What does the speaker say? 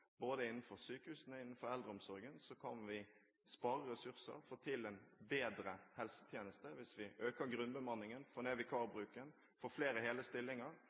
Både på sykehusene og innen eldreomsorgen kan vi spare ressurser og få til en bedre helsetjeneste hvis vi øker grunnbemanningen, får ned vikarbruken, får flere hele stillinger